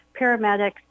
paramedics